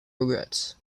regrets